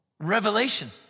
Revelation